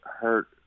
hurt